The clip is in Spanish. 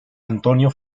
antonio